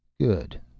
Good